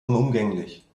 unumgänglich